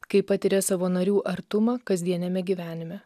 kai patiria savo narių artumą kasdieniame gyvenime